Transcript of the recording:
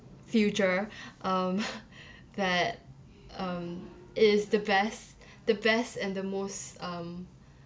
future um that um it is the best the best and the most um